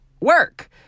work